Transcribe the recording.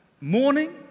Morning